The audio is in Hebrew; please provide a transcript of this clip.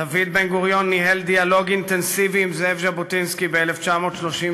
דוד בן-גוריון ניהל דיאלוג אינטנסיבי עם זאב ז'בוטינסקי ב-1934